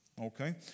Okay